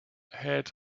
had